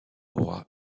aura